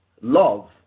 love